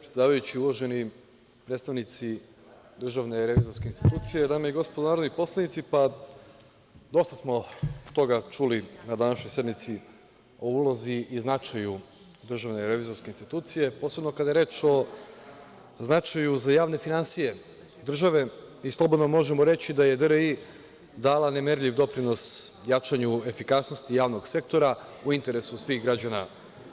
Predsedavajući, uvaženi predstavnici DRI, dame i gospodo narodni poslanici, dosta smo toga čuli na današnjoj sednici o ulozi i značaju DRI, posebno kada je reč o značaju za javne finansije države i slobodno možemo reći da je DRI dala nemerljiv doprinos jačanju efikasnosti javnog sektora u interesu svih građana